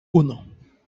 uno